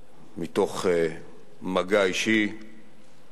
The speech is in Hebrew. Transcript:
מתוך מגע אישי,